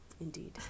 indeed